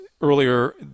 earlier